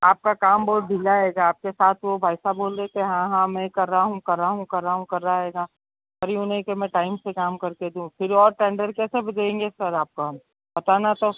आपका काम बहुत ढ़ीला हेगा आपके साथ वो भाई साहब बोल रहे थे हाँ हाँ मैं कर रहा हूँ कर रहा हूँ कर रहा हूँ कर रहा हेगा अभी ये नहीं कि मैं टाइम से काम करके दूँ फिर और टेंडर कैसे अभी देंगे सर आपको हम बताना तो